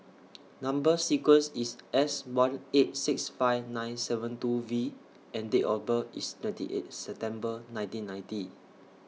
Number sequence IS S one eight six five nine seven two V and Date of birth IS twenty eighth September nineteen ninety